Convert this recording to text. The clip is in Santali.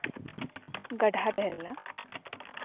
ᱜᱟᱰᱷᱟ ᱛᱟᱦᱮᱸ ᱞᱮᱱᱟ